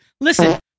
listen